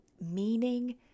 Meaning